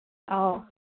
ꯑꯧ